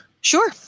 sure